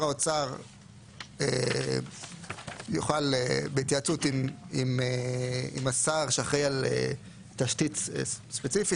האוצר יוכל בהתייעצות עם השר שאחראי על תשתית ספציפית,